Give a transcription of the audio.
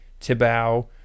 Tibau